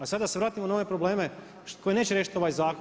A sada da se vratimo na one probleme koje neće riješiti ovaj zakon.